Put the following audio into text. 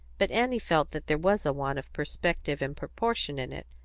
but annie felt that there was a want of perspective and proportion in it,